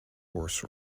horse